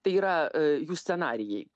tai yra jų scenarijai